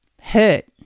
hurt